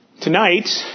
Tonight